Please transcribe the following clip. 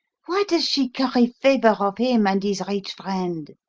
why does she curry favour of him and his rich friend?